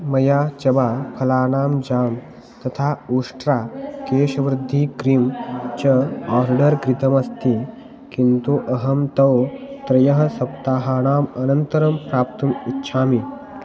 मया चवा फलानां जां तथा ऊष्ट्रा केशवृद्धि क्रीम् च आर्डर् कृतमस्ति किन्तु अहं तौ त्रयः सप्ताहानाम् अनन्तरं प्राप्तुम् इच्छामि